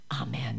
Amen